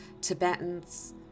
Tibetans